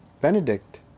Benedict